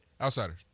Outsiders